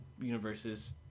universes